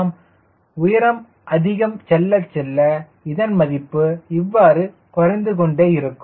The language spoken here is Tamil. நாம் உயரம் அதிகம் செல்ல செல்ல இதன் மதிப்பு இவ்வாறு குறைந்து கொண்டே இருக்கும்